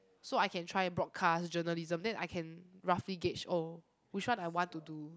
so I can try broadcast journalism then I can roughly gauge oh which one I want to do